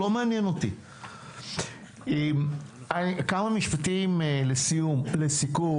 כמה משפטים לסיכום.